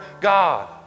God